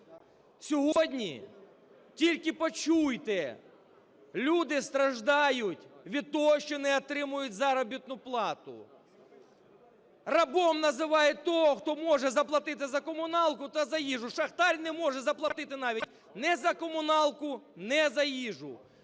Сьогодні, тільки почуйте, люди страждають від того, що не отримують заробітну плату. Рабом називають того, хто може заплатити за комуналку та за їжу. Шахтар не може заплатити навіть ні за комуналку, ні за їжу.